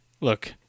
Look